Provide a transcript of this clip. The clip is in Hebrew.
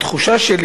התחושה שלי,